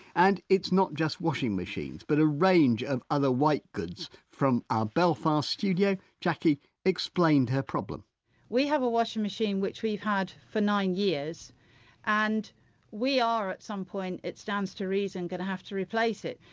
and it's not just washing machines but a range of other white goods. from our belfast studio jackie explained her problem we have a washing machine which we've had for nine years and we are at some point, it stands to reason, going to have to replace it.